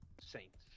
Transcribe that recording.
Saints